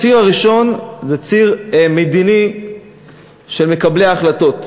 הציר הראשון זה ציר מדיני של מקבלי ההחלטות.